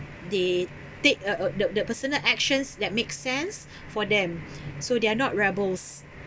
they take a a the the personal actions that makes sense for them so they are not rebels